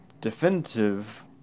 definitive